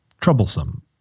troublesome